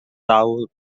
tahu